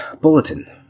bulletin